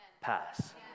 pass